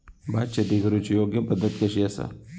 भात शेती करुची योग्य पद्धत कशी आसा?